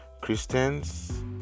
Christians